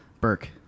Burke